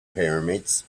pyramids